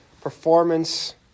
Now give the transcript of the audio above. performance